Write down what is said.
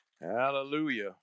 Hallelujah